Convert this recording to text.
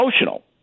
emotional